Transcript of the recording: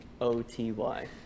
O-T-Y